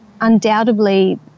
undoubtedly